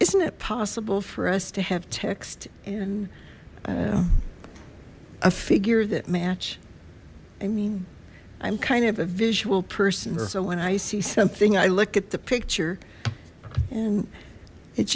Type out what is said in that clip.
isn't it possible for us to have text and a figure that match i mean i'm kind of a visual person so when i see something i look at the picture and it